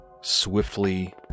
swiftly